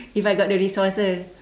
if I got the resources